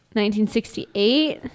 1968